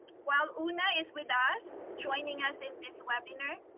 while una is with us, joining us in this webinar,